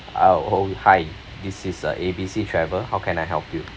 ah oh hi this is uh A B C travel how can I help you